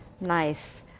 nice